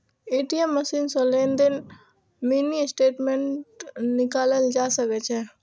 ATM machine सं लेनदेन के मिनी स्टेटमेंट निकालल जा सकै छै